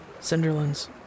Cinderlands